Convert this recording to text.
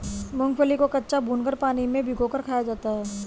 मूंगफली को कच्चा, भूनकर, पानी में भिगोकर खाया जाता है